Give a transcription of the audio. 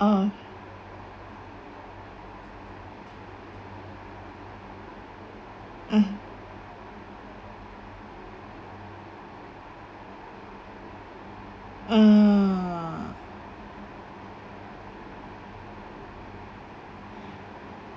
oh mmhmm uh